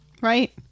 Right